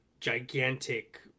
gigantic